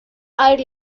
air